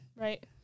Right